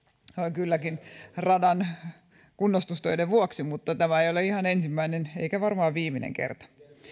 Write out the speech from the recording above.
kylläkin radan kunnostustöiden vuoksi mutta tämä ei ole ihan ensimmäinen eikä varmaan viimeinen kerta